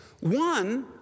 One